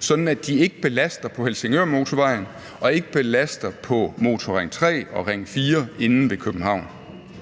sådan at de ikke belaster på Helsingørmotorvejen og ikke belaster på Motorring 3 og Ring 4 inde ved København.